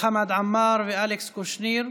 חמד עמאר ואלכס קושניר.